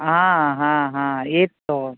હા હા હા એ જ તો